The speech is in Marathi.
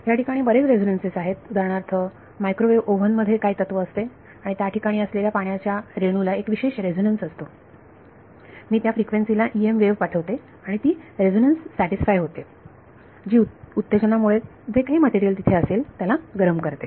ह्या ठिकाणी बरेच रेझोनन्सेस आहेत उदाहरणार्थ मायक्रोवेव्ह ओव्हन मध्ये काय तत्व असते आणि त्या ठिकाणी असलेल्या पाण्याच्या रेणू ला एक विशेष रेझोनन्स असतो मी त्या फ्रिक्वेन्सी ला EM वेव्ह पाठवते आणि ती रेझोनन्स सॅटिस्फाय होते जी उत्तेजनामुळे जे काही मटेरियल तिथे असेल त्याला गरम करते